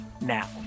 now